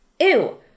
Ew